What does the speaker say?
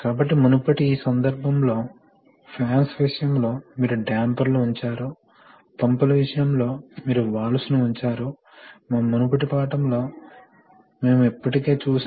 కాబట్టి ఈ ఛాంబర్ మూసివేయబడింది ఈ ఛాంబర్ తెరిచి ఉంది కాబట్టి ఏమి జరుగుతుంది అంటే ఇప్పుడు మీరు సిలిండర్ ను నెట్టాలనుకుంటే గాలి కుదించబడుతుంది మరియు కొంత ఫోర్స్ సృష్టించబడుతుంది